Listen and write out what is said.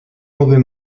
mauvais